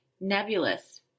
nebulous